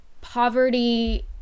poverty